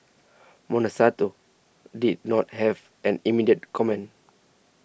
did not have an immediate comment